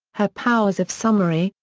her powers of summary,